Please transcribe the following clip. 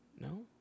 No